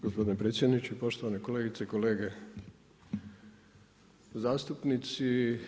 Gospodine predsjedniče, poštovane kolegice i kolege zastupnici.